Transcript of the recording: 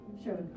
Sure